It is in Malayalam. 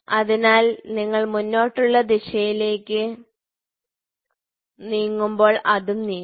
അതിനാൽ നിങ്ങൾ മുന്നോട്ടുള്ള ദിശയിലേക്ക് നീങ്ങുമ്പോൾ അത് നീങ്ങും